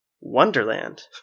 Wonderland